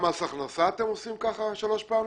גם עם מס הכנסה אתם עושים שלוש פעמים?